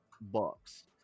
Bucks